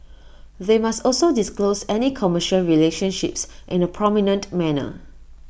they must also disclose any commercial relationships in A prominent manner